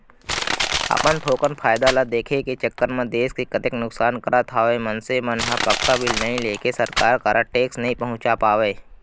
अपन थोकन फायदा ल देखे के चक्कर म देस के कतेक नुकसान करत हवय मनसे मन ह पक्का बिल नइ लेके सरकार करा टेक्स नइ पहुंचा पावय